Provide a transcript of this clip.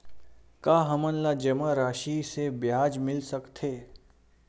का हमन ला जमा राशि से ब्याज मिल सकथे?